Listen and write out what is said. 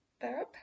verb